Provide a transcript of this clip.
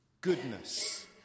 goodness